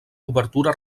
obertura